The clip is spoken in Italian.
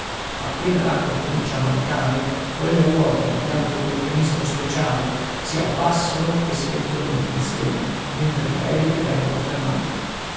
appena l'acqua comincia a mancare quelle ruote mediante un meccanismo speciale si abbassano e si mettono in funzione mentre le eliche vengono fermate